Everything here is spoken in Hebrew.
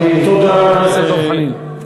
אדוני, חבר הכנסת דב חנין.